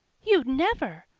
you'd never!